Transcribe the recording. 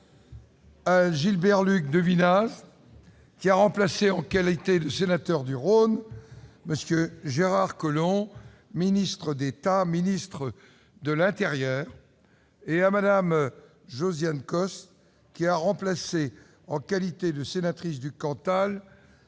M. Gilbert-Luc Devinaz, qui a remplacé, en qualité de sénateur du Rhône, M. Gérard Collomb, ministre d'État, ministre de l'intérieur, et à Mme Josiane Costes, qui a remplacé, en qualité de sénatrice du Cantal,